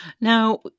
Now